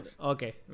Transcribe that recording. Okay